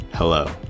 Hello